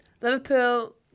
Liverpool